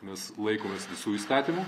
mes laikomės visų įstatymų